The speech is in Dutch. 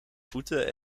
voeten